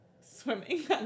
swimming